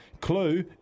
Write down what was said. Clue